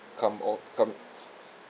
come all come